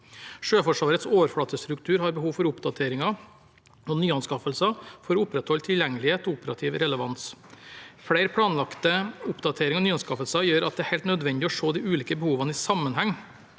Sjøforsvarets overflatestruktur har behov for oppdateringer og nyanskaffelser for å opprettholde tilgjengelighet og operativ relevans. Flere planlagte oppdateringer og nyanskaffelser gjør at det er helt nødvendig å se de ulike behovene i sammenheng